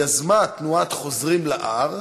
יזמה תנועת "חוזרים להר"